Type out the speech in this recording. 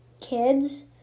kids